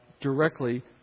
directly